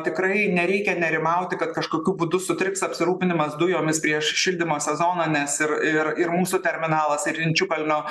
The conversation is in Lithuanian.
tikrai nereikia nerimauti kad kažkokiu būdu sutriks apsirūpinimas dujomis prieš šildymo sezoną nes ir ir ir mūsų terminalas ir inčiukalnio